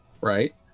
right